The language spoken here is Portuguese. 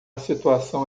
situação